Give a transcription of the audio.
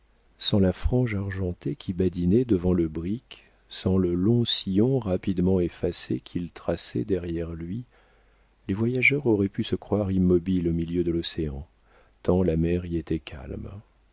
sans la frange argentée qui badinait devant le brick sans le long sillon rapidement effacé qu'il traçait derrière lui les voyageurs auraient pu se croire immobiles au milieu de l'océan tant la mer y était calme